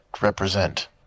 represent